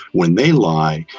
when they lie,